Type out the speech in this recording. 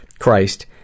Christ